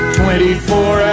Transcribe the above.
24